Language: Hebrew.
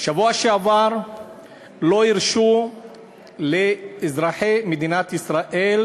בשבוע שעבר לא הרשו לאזרחי מדינת ישראל